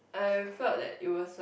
I felt that it was like